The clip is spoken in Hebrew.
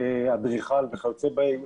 אדריכלים וכיוצא באלה,